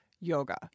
yoga